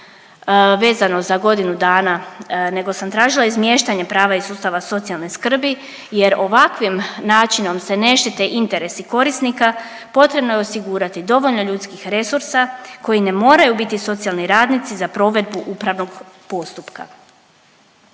vezano za godinu dana nego sam tražila izmještanje prava iz sustava socijalne skrbi jer ovakvim načinom se ne štite interesi korisnika, potrebno je osigurati dovoljno ljudskih resursa koji ne moraju biti socijalni radnici za provedbu upravnog postupka.